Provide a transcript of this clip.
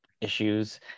issues